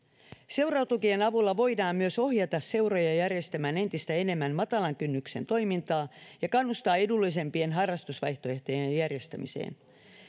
seuratukien avulla voidaan myös ohjata seuroja järjestämään entistä enemmän matalan kynnyksen toimintaa ja kannustaa edullisempien harrastusvaihtoehtojen järjestämiseen